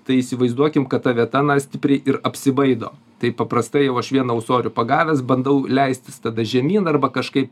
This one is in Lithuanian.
tai įsivaizduokim kad ta vieta na stipriai ir apsibaido tai paprastai jau aš vieną ūsorių pagavęs bandau leistis tada žemyn arba kažkaip